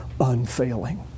unfailing